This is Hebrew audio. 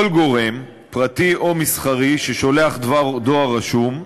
כל גורם, פרטי או מסחרי, ששולח דבר דואר רשום,